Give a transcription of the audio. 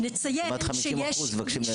כמעט 50% מבקשים לאסור.